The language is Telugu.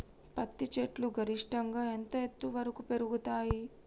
పత్తి చెట్లు గరిష్టంగా ఎంత ఎత్తు వరకు పెరుగుతయ్?